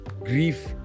grief